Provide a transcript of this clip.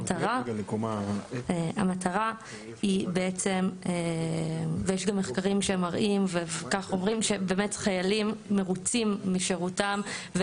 יש מחקרים שמראים שחיילים מרוצים משירותם.